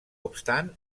obstant